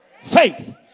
Faith